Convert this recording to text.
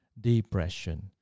Depression